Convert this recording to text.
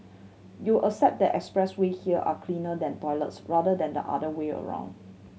you accept that expressway here are cleaner than toilets rather than the other way around